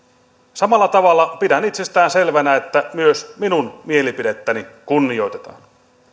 samalla tavalla pidän itsestään selvänä että myös minun mielipidettäni kunnioitetaan